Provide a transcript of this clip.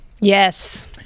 Yes